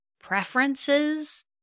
preferences